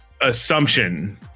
assumption